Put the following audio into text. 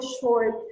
short